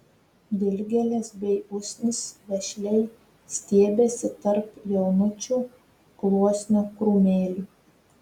dilgėlės bei usnys vešliai stiebėsi tarp jaunučių gluosnio krūmelių